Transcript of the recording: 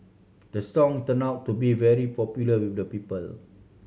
the song turn out to be very popular with the people